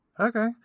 Okay